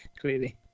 clearly